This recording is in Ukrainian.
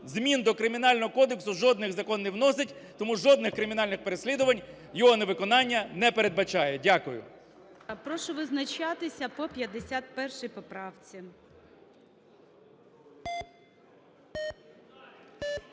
змін до Кримінального кодексу жодних закон не вносить, тому жодних кримінальних переслідувань його невиконання не передбачає. Дякую. ГОЛОВУЮЧИЙ. Прошу визначатися по 51 поправці.